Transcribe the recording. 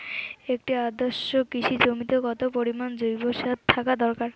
একটি আদর্শ কৃষি জমিতে কত পরিমাণ জৈব সার থাকা দরকার?